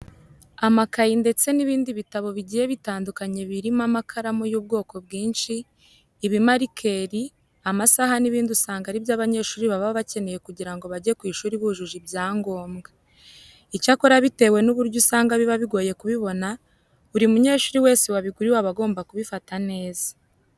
Amakayi ndetse n'ibindi bitabo bigiye bitandukanye birimo amakaramu y'ubwoko bwinshi, ibimarikeri, amasaha n'ibindi usanga ari byo abanyeshuri baba bakeneye kugira ngo bajye ku ishuri bujuje ibyangombwa. Icyakora bitewe n'uburyo usanga biba bigoye kubibona, buri munyeshuri wese wabiguriwe aba agomba kubifata neza.